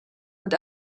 und